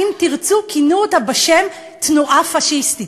"אם תרצו" כינו אותה בשם תנועה פאשיסטית.